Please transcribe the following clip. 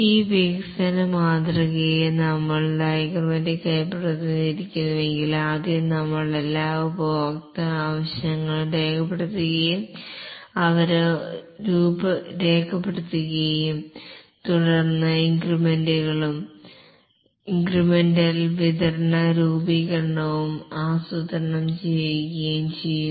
ഈ വികസന മാതൃകയെ നമ്മൾ ഡയഗ്രമാറ്റിക്കായി പ്രതിനിധീകരിക്കുന്നുവെങ്കിൽ ആദ്യം നമ്മൾ എല്ലാ ഉപഭോക്തൃ ആവശ്യങ്ങളും രേഖപ്പെടുത്തുകയും അവ രേഖപ്പെടുത്തുകയും തുടർന്ന് ഇൻക്രിമെന്റുകളും ഇൻക്രിമെന്റൽ വിതരണ രൂപീകരണം ആസൂത്രണം ചെയ്യുകയും ചെയ്യുന്നു